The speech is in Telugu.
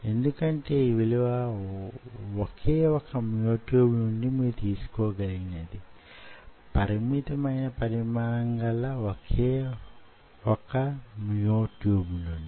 ఎందుకంటే ఈ విలువ వోకే వొక మ్యో ట్యూబ్ నుండి మీరు తీసుకోగలిగినది - పరిమితమైన పరిమాణం గల వొకే ఒక మ్యో ట్యూబ్ నుండి